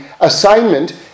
assignment